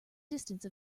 distance